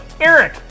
Eric